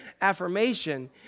affirmation